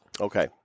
Okay